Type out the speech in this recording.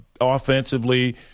offensively